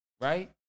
right